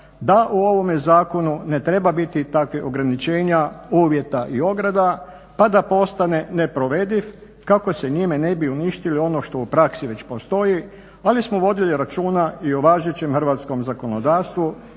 da u ovome zakonu ne treba biti takvih ograničenja, uvjeta i odredba pa da postane neprovediv kako se njime ne bi uništili ono što već u praksi postoji, ali smo vodili računa i o važećem hrvatskom zakonodavstvu